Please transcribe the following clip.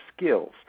skills